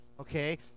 Okay